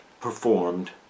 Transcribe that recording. performed